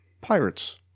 Pirates